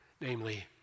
Namely